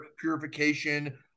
purification